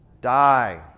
die